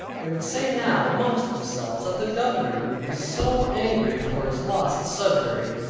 they would say now amongst themselves, that the governor would be so angry for his loss at sudbury,